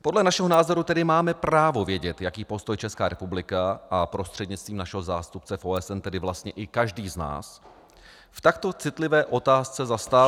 Podle našeho názoru tedy máme právo vědět, jaký postoj Česká republika a prostřednictvím našeho zástupce v OSN, tedy vlastně i každý z nás, v takto citlivé otázce zastává.